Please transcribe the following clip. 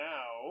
Now